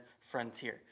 frontier